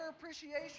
appreciation